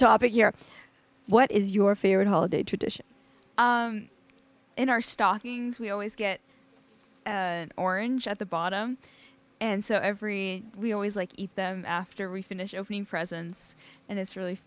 topic here what is your favorite holiday tradition in our stockings we always get an orange at the bottom and so every we always like eat them after we finish opening presents and it's really